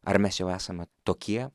ar mes jau esame tokie